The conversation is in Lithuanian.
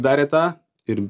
darė tą ir